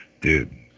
dude